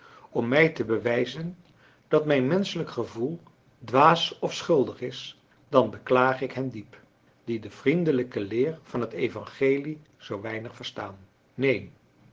om mij te bewijzen dat mijn menschelijk gevoel dwaas of schuldig is dan beklaag ik hen diep die de vriendelijke leer van t evangelie zoo weinig verstaan neen